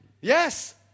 Yes